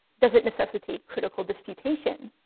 does it necessitate critical disputation?